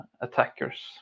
attackers